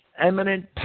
eminent